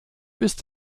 ist